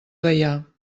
gaià